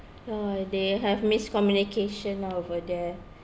look like they have miscommunication lah over there